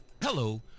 Hello